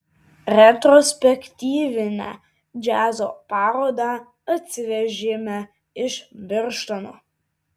retrospektyvinę džiazo parodą atsivežėme iš birštono